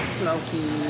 smoky